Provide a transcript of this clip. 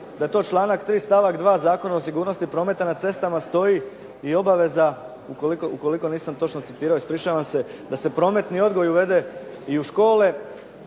da je to članak 3. stavak 2. Zakona o sigurnosti prometa na cestama stoji i obaveza, ukoliko nisam točno citirao ispričavam se da se prometni odgoj uvede i u škole.